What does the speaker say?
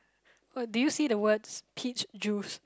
oh did you see the word peach juice